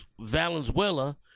Valenzuela